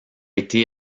été